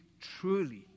truly